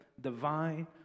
divine